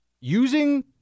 using